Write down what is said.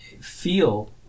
feel